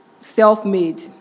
self-made